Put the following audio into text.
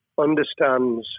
understands